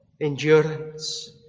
endurance